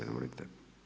Izvolite.